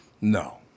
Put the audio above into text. No